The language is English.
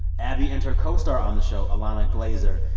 abbi and her co-star on the show, ilana glazer,